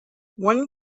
one